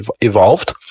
evolved